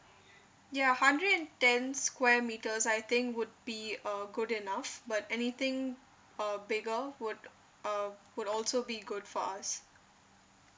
ya hundred and ten square metres I think would be uh good enough but anything uh bigger would uh would also be good for us